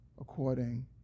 according